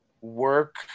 work –